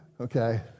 okay